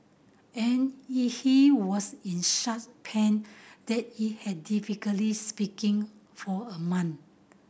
and in he was in such pain that he had difficulty speaking for a month